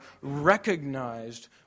recognized